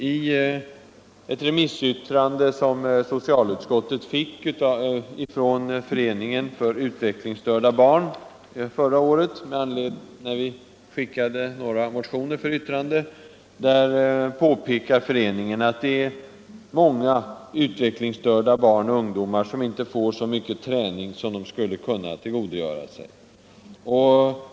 I ett remissyttrande som socialutskottet fick från Föreningen för utvecklingsstörda barn förra året, när vi skickat några motioner för yttrande, påpekar föreningen att det är många utvecklingsstörda barn och ungdomar som inte får så mycket träning som de skulle kunna tillgodogöra sig.